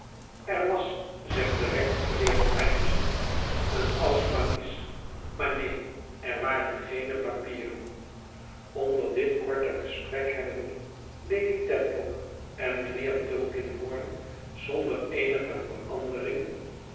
er was zegt de rechtsgeleerde peinzend een oud valies maar neen er waren geene papieren onder dit korte gesprek hebben lady dedlock en mijnheer tulkinghorn zonder eenige verandering